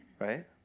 right